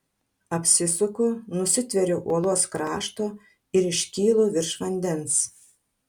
apsisuku nusitveriu uolos krašto ir iškylu virš vandens